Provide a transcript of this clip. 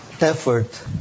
effort